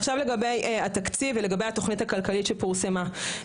עכשיו לגבי התקציב לגבי התוכנית הכלכלית שפורסמה,